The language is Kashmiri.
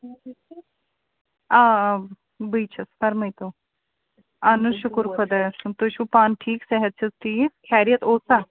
آ آ بٕے چھَس فرمٲیتو اَہن حظ شُکُر خۄدایَس کُن تُہۍ چھُو پانہٕ ٹھیٖک صحت چھَس ٹھیٖک خیریت اوسا